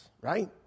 right